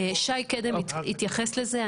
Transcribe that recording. שי קדם התייחס לזה.